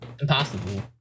Impossible